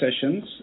sessions